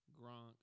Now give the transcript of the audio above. Gronk